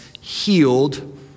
healed